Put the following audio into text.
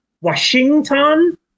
Washington